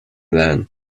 then